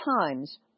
times